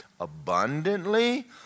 abundantly